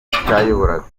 yayoboraga